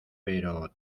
pero